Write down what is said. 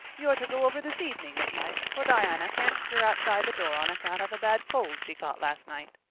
you're to go over this evening if you like for diana can't stir outside the door on account of a bad cold she caught last night.